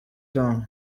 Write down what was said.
town